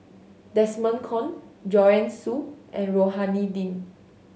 Desmond Kon Joanne Soo and Rohani Din